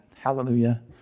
hallelujah